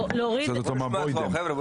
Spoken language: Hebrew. לאיזה פערים.